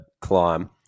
climb